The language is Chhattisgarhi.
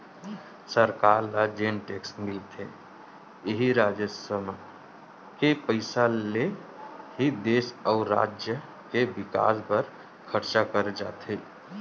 सरकार ल जेन टेक्स मिलथे इही राजस्व म के पइसा ले ही देस अउ राज के बिकास बर खरचा करे जाथे